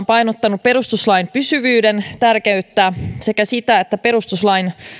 painottanut perustuslain pysyvyyden tärkeyttä sekä sitä että perustuslain